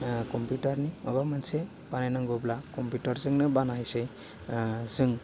कम्पिउटारनि माबा मोनसे बानायनांगौब्ला कम्पिउटारजोंनो बानायसै जों